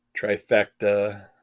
Trifecta